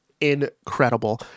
incredible